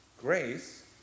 Grace